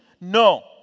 No